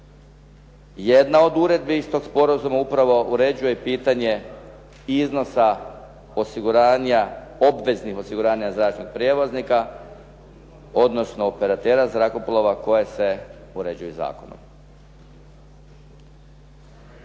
Jedna od uredbi iz tog sporazuma upravo uređuje i pitanje iznosa osiguranja obveznih osiguranja zračnog prijevoznika, odnosno operatera zrakoplova koja se uređuje zakonom.